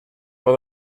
for